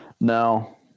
No